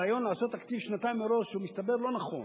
הרעיון לעשות תקציב שנתיים מראש מסתבר כלא נכון.